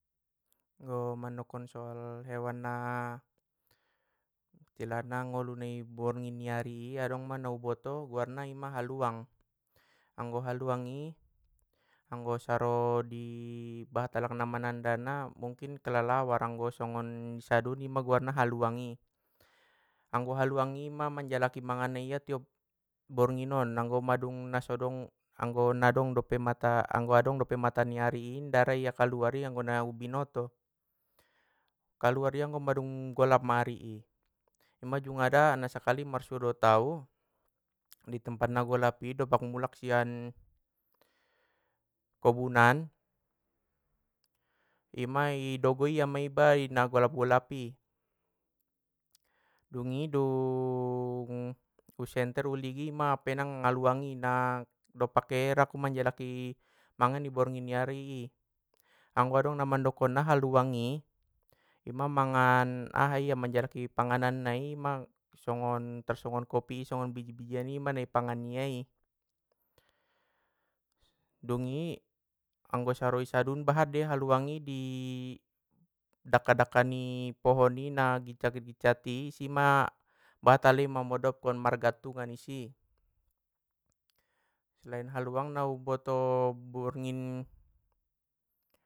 Anggo mandokon soal hewan na istilahna ngolu ni borngin ni ari i adong ma na u boto guarna ima haluang, anggo haluang i anggo saro di bahat alak na manandana mungkin kelelawar, mungkin anggo i sadun guarna haluang i, anggo haluang i ma manjalaki mangan ia tiap borngin on anggo madung naso adong- anggo adong dope mata ni ari i inda ra ia kaluar i anggo na u binoto, kaluar ia anggo mang golap ma ari i, i ma jungada mandung marsuo dot au, di tempat na golap i dompak mulak sian kobunan, i ma i dogo ia ma iba i golap golap i. Dungi dung u u senter u ligin mang penang haluang i, na dompak ke ia rangku majalaki mangan i borngin ni ari i anggo adong na mandokon na haluang i! Ima mangan aha ia manjalaki panggananna i ima nggon tarsongon kopi i biji bijian i ma na i pangan nia i, dungi anggo saro i sadun bahat dei haluang i di dakka dakka ni pohon i na gitcat gitcat i sima bahat i mamodomkon margantungan i si, selain haluang na u boto.